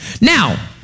Now